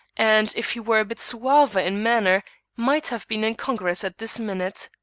and if he were a bit suaver in manner might have been in congress at this minute.